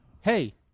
hey